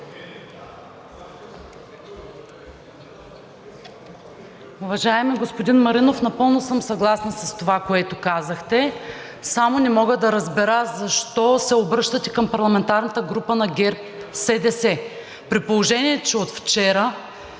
Уважаеми господин Маринов, напълно съм съгласна с това, което казахте, само не мога да разбера защо се обръщате към парламентарната група на ГЕРБ-СДС, при положение че от вчера